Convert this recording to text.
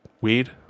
weed